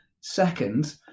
Second